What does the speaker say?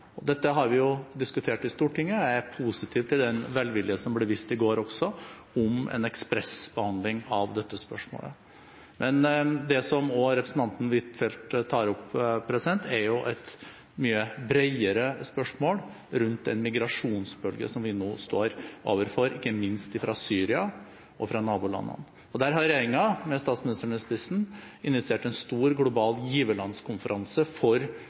Dette har vi diskutert i Stortinget, og jeg er positiv til den velvilje – som også ble vist i går – til en ekspressbehandling av dette spørsmålet. Men det som representanten Huitfeldt også tar opp, er et mye bredere spørsmål rundt den migrasjonsbølgen som vi nå står overfor, ikke minst fra Syria og fra nabolandene. Her har regjeringen, med statsministeren i spissen, initiert en stor global giverlandskonferanse for